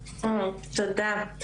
תודה,